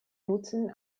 nutzen